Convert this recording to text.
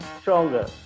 stronger